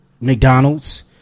McDonald's